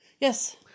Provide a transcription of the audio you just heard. Yes